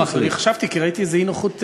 ונכון שאנחנו לא מסוגלים היום לקיים את הדמוס,